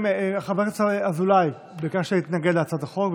חבר הכנסת אזולאי, ביקשת להתנגד להצעת החוק.